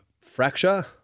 fracture